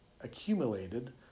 accumulated